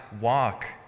walk